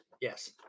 Yes